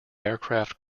aircraft